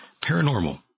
paranormal